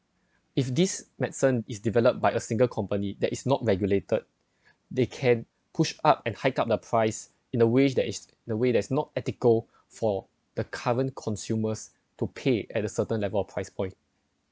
if this medicine is developed by a single company that is not regulated they can push up and hiked up the price in the ways that is the way that's not ethical for the current consumers to pay at the certain level of price point